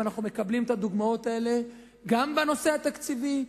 אנחנו מקבלים את הדוגמאות האלה גם בנושא התקציבי,